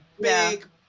big